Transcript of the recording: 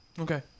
Okay